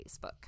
Facebook